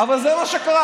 אבל זה מה שקרה.